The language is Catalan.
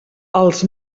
els